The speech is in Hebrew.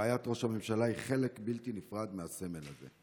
רעיית ראש הממשלה היא חלק בלתי נפרד מהסמל הזה.